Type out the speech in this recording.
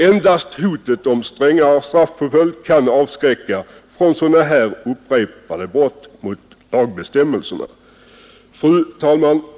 Endast hotet om strängare straffpåföljd kan avskräcka från sådana här upprepade brott mot lagbestämmelserna. Fru talman!